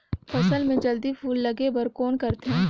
फसल मे जल्दी फूल लगे बर कौन करथे?